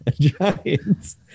Giants